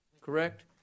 Correct